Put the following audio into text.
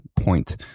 point